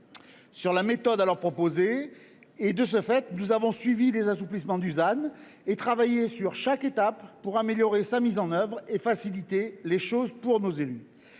sur la méthode qui avait été proposée. De ce fait, nous avons suivi les assouplissements du ZAN et travaillé sur chaque étape pour améliorer sa mise en œuvre et faciliter la tâche des élus.